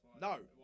No